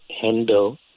handle